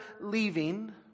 leaving